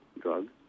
drugs